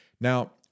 Now